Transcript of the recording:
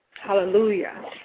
Hallelujah